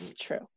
true